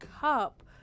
cup